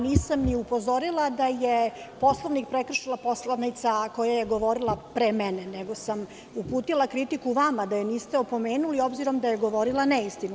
Nisam ni upozorila da je Poslovnik prekršila poslanica koja je govorila pre mene, nego sam uputila kritiku vama da je niste opomenuli obzirom da je govorila neistinu.